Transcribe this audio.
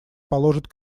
положит